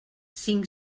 cinc